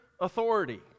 authority